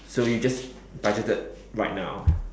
so you just budgeted right now